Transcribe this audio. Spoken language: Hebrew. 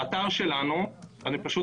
לא רואים את המצגת שלך, אני מציע